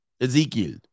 Ezekiel